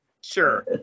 Sure